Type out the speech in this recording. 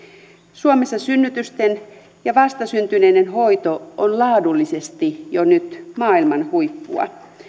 suomessa synnytysten ja vastasyntyneiden hoito on laadullisesti jo nyt maailman huippua